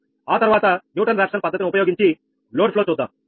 కాబట్టి ఆ తర్వాత న్యూటన్ రాఫ్సన్ పద్ధతిని ఉపయోగించి లోడ్ ఫ్లో చూద్దాం